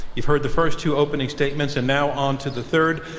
you've heard the first two opening statements, and now on to the third.